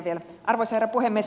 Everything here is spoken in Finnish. arvoisa herra puhemies